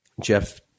Jeff